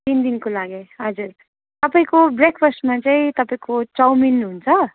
तिन दिनको लागि हजुर तपाईँको ब्रेकफस्टमा चाहिँ तपाईँको चाउमिन हुन्छ